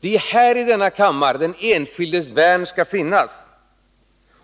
Det är här i denna kammare som den enskildes värn skall finnas.